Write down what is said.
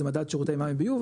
זה מדד שירותי מים ביוב,